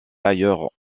ailleurs